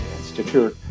Stitcher